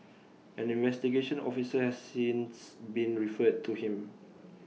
an investigation officer has since been referred to him